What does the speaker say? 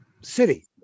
city